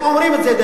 הם אומרים את זה,